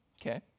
Okay